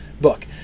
book